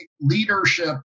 leadership